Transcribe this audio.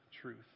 truth